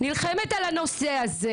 נלחמת על הנושא הזה